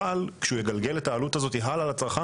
אבל כשהוא יגלגל את העלות הזאת הלאה לצרכן